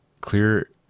clear